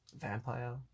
vampire